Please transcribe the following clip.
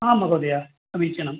हा महोदय समीचीनं